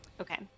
Okay